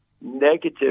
negative